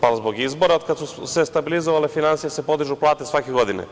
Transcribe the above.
Pa, zbog izbora od kako su se stabilizovale finansije podižu se plate i godine svake godine.